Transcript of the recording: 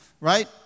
Right